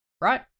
right